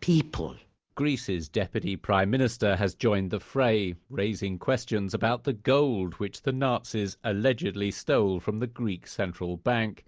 people greece's deputy prime minister has joined the fray, raising questions about the gold which the nazis allegedly stole from the greek central bank.